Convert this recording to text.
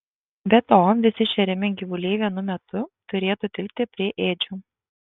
be to visi šeriami gyvuliai vienu metu turėtų tilpti prie ėdžių